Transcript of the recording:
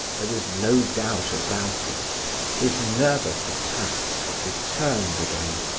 there was no doubt about it his nervous attacks had returned again,